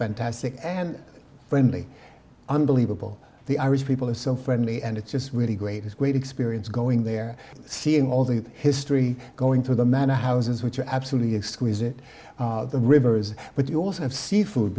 fantastic and friendly unbelievable the irish people are so friendly and it's just really great it's great experience going there seeing all the history going to the manor houses which are absolutely exquisite the rivers but you also have seafood